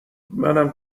منم